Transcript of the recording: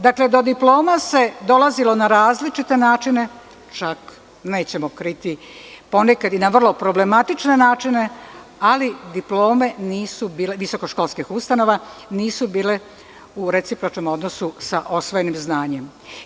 Dakle, do diploma se dolazilo na različite načine, čak, nećemo kriti, ponekad i na vrlo problematične načine ali diplome nisu bile, visokoškolskih ustanova, nisu bile u recipročnom odnosu sa osvojenim znanjem.